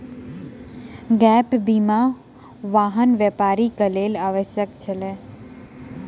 gap बीमा, वाहन व्यापारी के लेल आवश्यक छल